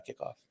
kickoff